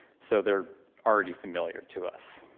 so they're already familiar to us.